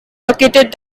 located